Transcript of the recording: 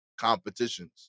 competitions